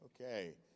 Okay